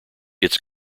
its